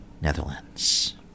Netherlands